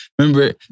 Remember